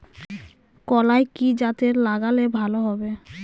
কলাই কি জাতে লাগালে ভালো হবে?